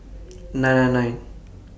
nine nine nine